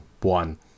one